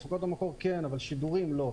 הפקות המקור כן, אבל שידורים לא.